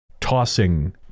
tossing